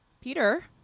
Peter